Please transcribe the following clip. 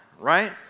right